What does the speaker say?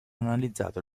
analizzato